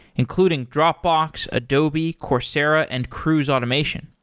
including dropbox, adobe, coursera and cruise automation.